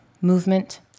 movement